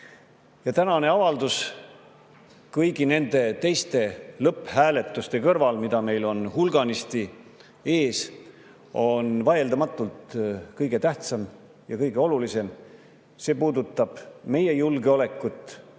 2014.Tänane avaldus on kõigi nende teiste lõpphääletuste kõrval, mida meil on hulganisti ees, vaieldamatult kõige tähtsam, kõige olulisem. See puudutab meie julgeolekut,